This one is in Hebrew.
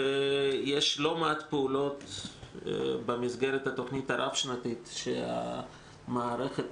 יש לא מעט פעולות במסגרת התוכנית הרב-שנתית שהמערכת